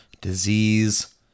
disease